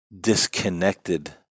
Disconnected